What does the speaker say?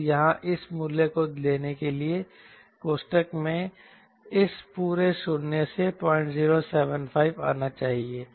बस यहाँ इस मूल्य को देने के लिए कोष्ठक में इस पूरे शून्य से 0075 आना चाहिए